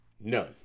None